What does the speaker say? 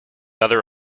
other